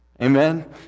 Amen